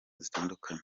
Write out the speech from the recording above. zitandukanye